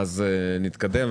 ואז נתקדם.